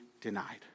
denied